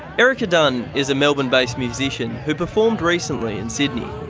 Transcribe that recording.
erica dunn is a melbourne based musician who performed recently in sydney.